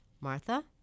Martha